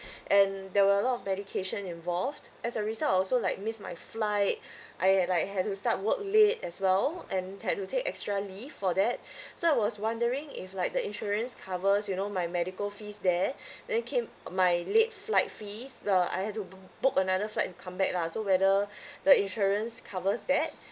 and there were a lot of medication involved as a result I also like missed my flight I like had to start work late as well and had to take extra leave for that so I was wondering if like the insurance covers you know my medical fees there then came my late flight fees uh I have to b~ book another flight to come back lah so whether the insurance covers that